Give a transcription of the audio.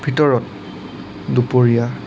ভিতৰত দুপৰীয়া